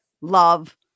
love